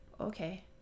Okay